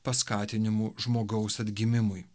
paskatinimu žmogaus atgimimui